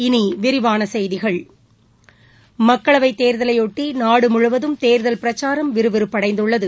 இனி விரிவான செய்திகள் மக்களவைத் தேர்தலையொட்டி நாடு முழுவதும் தேர்தல் பிரச்சாரம் விறுவிறுப்படைந்துள்ளது